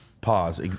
pause